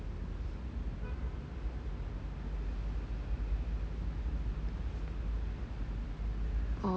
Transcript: orh